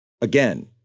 Again